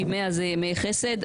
כי 100 זה ימי חסד,